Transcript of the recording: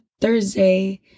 thursday